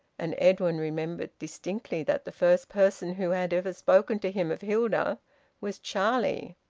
and edwin remembered distinctly that the first person who had ever spoken to him of hilda was charlie!